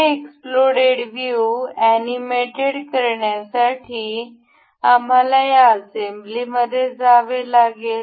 हे exploded view animated करण्यासाठी आम्हाला या असेंब्लीमध्ये जावे लागेल